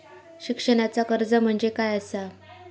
शिक्षणाचा कर्ज म्हणजे काय असा?